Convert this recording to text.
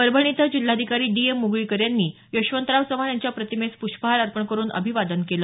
परभणी इथं जिल्हाधिकारी D M Mugalikar यांनी यशवंतराव चव्हाण यांच्या प्रतिमेस प्रष्पहार अर्पण करुन अभिवादन केलं